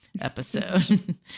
episode